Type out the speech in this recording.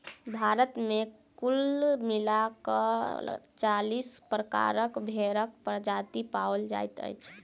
भारत मे कुल मिला क चालीस प्रकारक भेंड़क प्रजाति पाओल जाइत अछि